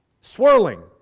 swirling